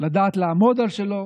לדעת לעמוד על שלו